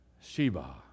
Sheba